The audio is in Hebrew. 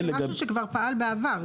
זה משהו שכבר פעל בעבר,